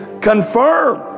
confirm